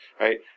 right